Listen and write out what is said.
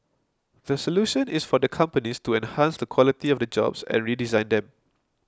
the solution is for the companies to enhance the quality of the jobs and redesign them